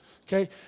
okay